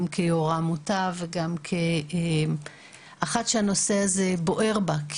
וגם כאחת שהנושא הזה בוער בה.